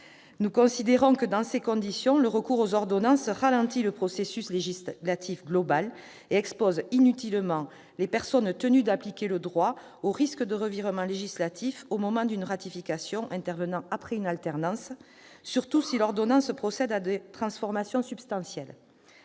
Nous considérons que, dans ces conditions, le recours aux ordonnances ralentit le processus législatif global et expose inutilement les personnes tenues d'appliquer le droit au risque de revirements législatifs au moment d'une ratification intervenant après une alternance, surtout si l'ordonnance procède à des transformations substantielles.